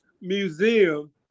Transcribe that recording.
museum